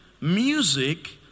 music